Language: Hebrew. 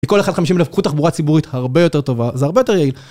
מכל 150,000 תחבורה ציבורית הרבה יותר טובה, זה הרבה יותר יעיל.